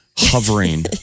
Hovering